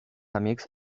amics